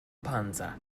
panza